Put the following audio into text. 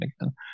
again